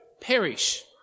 perish